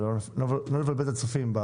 אבל לא נבלבל את הצופים.